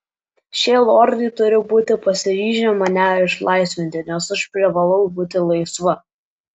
šie lordai turi būti pasiryžę mane išlaisvinti nes aš privalau būti laisva